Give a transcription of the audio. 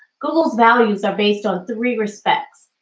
google's values are based on three respects.